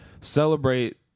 celebrate